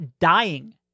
dying